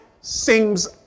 seems